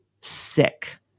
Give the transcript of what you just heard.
sick